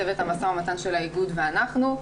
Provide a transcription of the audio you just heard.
צוות המשא ומתן של האיגוד ואנחנו,